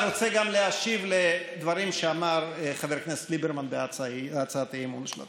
ורוצה גם להשיב על הדברים שאמר חבר הכנסת ליברמן בהצעת האי-אמון שלו.